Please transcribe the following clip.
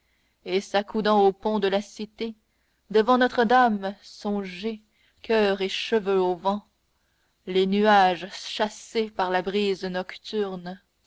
et s'accoudant au pont de la cité devant notre-dame songer coeur et cheveux au vent les nuages chassés par la brise nocturne